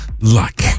luck